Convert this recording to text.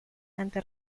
ante